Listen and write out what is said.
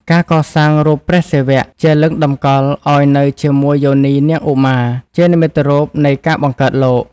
ការកសាងរូបព្រះសិវៈ ជាលិង្គតម្កល់ឱ្យនៅជាមួយយោនីនាងឧមា ជានិមិត្តរូបនៃការបង្កើតលោក។